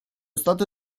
stato